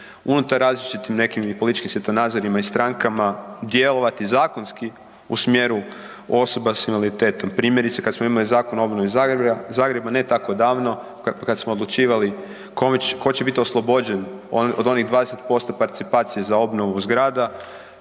unutar različitih nekim i političkim svjetonazorima i strankama, djelovati zakonski u smjeru osoba s invaliditetom. Primjerice, kad smo imali Zakon o obnovi Zagreba, ne tako davno, kad smo odlučivali kome će, tko će biti oslobođen od onih 20% participacije za obnovu zgrada,